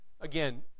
again